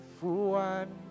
one